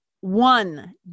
one